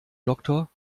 doktor